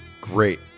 Great